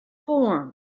form